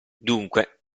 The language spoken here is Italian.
dunque